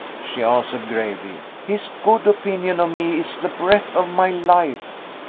she answered, gravely. his good opinion of me is the breath of my life.